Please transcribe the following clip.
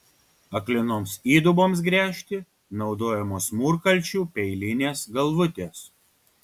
aklinoms įduboms gręžti naudojamos mūrkalčių peilinės galvutės